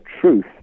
truth